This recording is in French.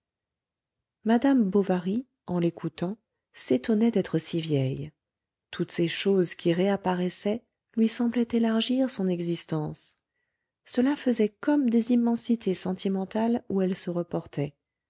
madame bovary en l'écoutant s'étonnait d'être si vieille toutes ces choses qui réapparaissaient lui semblaient élargir son existence cela faisait comme des immensités sentimentales où elle se reportait